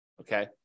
Okay